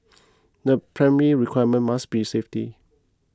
the primary requirement must be safety